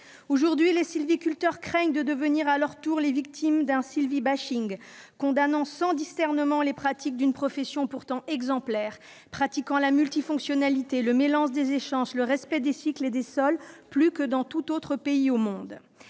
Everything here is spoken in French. Aujourd'hui, les sylviculteurs craignent de devenir à leur tour les victimes d'un « sylvi-bashing » condamnant sans discernement les méthodes d'une profession pourtant exemplaire, qui pratique la multifonctionnalité, le mélange des essences, le respect des cycles et des sols, plus que dans tout autre pays au monde